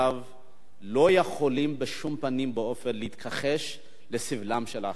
לא יכולים בשום פנים ואופן להתכחש לסבלם של האחרים,